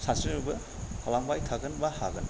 सानस्रिनोबो हालांबाय थागोन बा हागोन